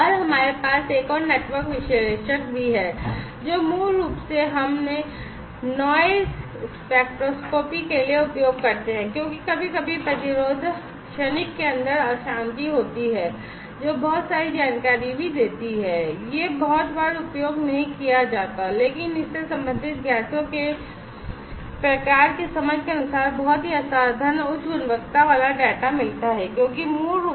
और हमारे पास एक और नेटवर्क विश्लेषक भी है जो मूल रूप से हम नॉइज़ स्पेक्ट्रोस्कोपी होता है